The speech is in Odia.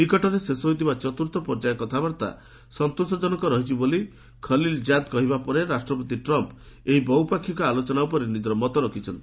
ନିକଟରେ ଶେଷ ହୋଇଥିବା ଚତ୍ରର୍ଥ ପର୍ଯ୍ୟାୟ କଥାବାର୍ତ୍ତା ସନ୍ତୋଷଜନକ ରହିଛି ବୋଲି ଖଲିଲ୍ ଜାଦ୍ କହିବା ପରେ ରାଷ୍ଟ୍ରପତି ଟ୍ରମ୍ମ୍ ଏହି ବହୁପାକ୍ଷିକ ଆଲୋଚନା ପରେ ନିଜର ମତ ରଖିଛନ୍ତି